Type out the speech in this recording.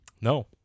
No